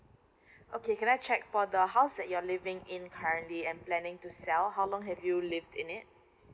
okay can I check for the house that you're living in currently and planning to sell how long have you lived in it